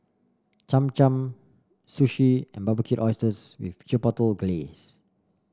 Cham Cham Sushi and Barbecued Oysters with Chipotle Glaze